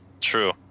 true